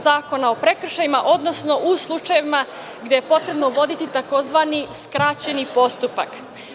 Zakona o prekršajima, odnosno u slučajevima gde je potrebno voditi takozvani skraćeni postupak.